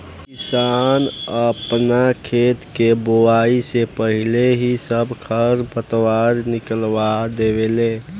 किसान आपन खेत के बोआइ से पाहिले ही सब खर पतवार के निकलवा देवे ले